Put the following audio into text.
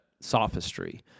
sophistry